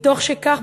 משכך,